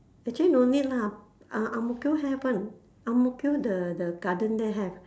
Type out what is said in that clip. actually no need lah uh ang-mo-kio have [one] ang-mo-kio the the garden there have